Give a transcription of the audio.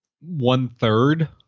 one-third